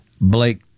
Blake